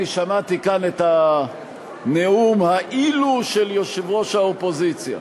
אני שמעתי כאן את נאום ה"אילו" של יושב-ראש האופוזיציה,